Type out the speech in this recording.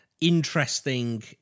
interesting